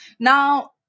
Now